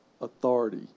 authority